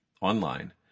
online